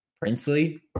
Princely